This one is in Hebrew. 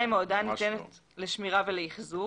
ההודעה ניתנת לשמירה ולאחזור.